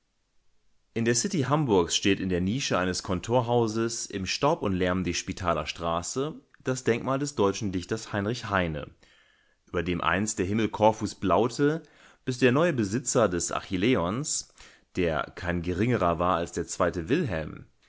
in der city hamburgs steht in der nische eines kontorhauses im staub und lärm der spitaler straße das denkmal des deutschen dichters heinrich heine über dem einst der himmel korfus blaute bis der neue besitzer des achilleions der kein geringerer war als der zweite wilhelm